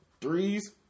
Threes